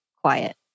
quiet